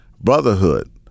brotherhood